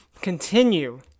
continue